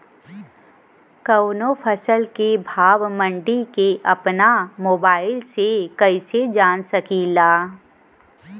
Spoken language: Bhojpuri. कवनो फसल के भाव मंडी के अपना मोबाइल से कइसे जान सकीला?